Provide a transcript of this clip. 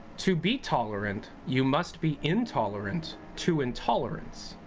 to be tolorant you must be intolorant to intolorance